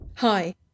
Hi